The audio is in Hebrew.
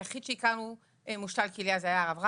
מושתל הכליה היחיד שהכרנו היה הרב רביץ.